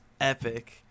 epic